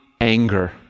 anger